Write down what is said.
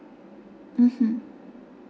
mmhmm